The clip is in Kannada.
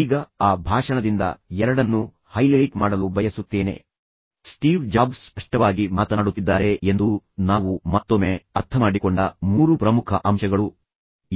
ಈಗ ಆ ಭಾಷಣದಿಂದ ನಾನು ಕೇವಲ ಎರಡನ್ನು ಹೈಲೈಟ್ ಮಾಡಲು ಬಯಸುತ್ತೇನೆ ಸ್ಟೀವ್ ಜಾಬ್ಸ್ ಸ್ಪಷ್ಟವಾಗಿ ಮಾತನಾಡುತ್ತಿದ್ದಾರೆ ಎಂದು ನಾವು ಮತ್ತೊಮ್ಮೆ ಅರ್ಥಮಾಡಿಕೊಂಡ ಮೂರು ಪ್ರಮುಖ ಅಂಶಗಳು